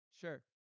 Sure